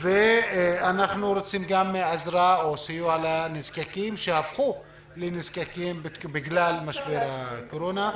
אנחנו רוצים גם עזרה וסיוע לנזקקים שהפכו לנזקקים בגלל משבר הקורונה.